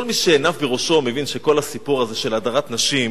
כל מי שעיניו בראשו מבין שכל הסיפור הזה של הדרת נשים,